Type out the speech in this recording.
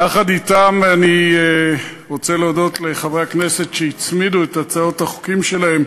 יחד אתם אני רוצה להודות לחברי הכנסת שהצמידו את הצעות החוקים שלהם: